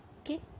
okay